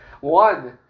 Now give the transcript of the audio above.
One